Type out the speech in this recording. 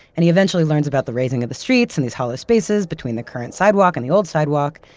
and he eventually learns about the raising of the streets and these hollow spaces between the current sidewalk and the old sidewalk.